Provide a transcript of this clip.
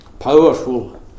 Powerful